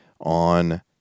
on